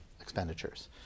expenditures